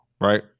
right